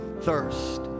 thirst